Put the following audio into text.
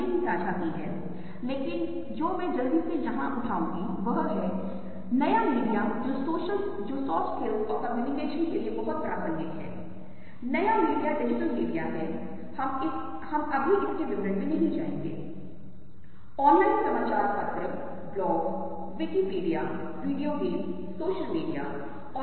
हालाँकि इससे पहले कि हम इसमें जाएँ आप यहाँ देख सकते हैं हालाँकि इस वर्ग का रंग इस वर्ग के रंग के समान है क्योंकि सफेद और हरे रंग के खिलाफ विन्यास आप देखते हैं कि इनका हमारी आँखों पर हस्तक्षेप प्रभाव है और हम रंगों के दो अलग अलग सेट देखते हैं यह रंगों के एक सेट के रूप में और रंगों के एक और सेट के रूप में है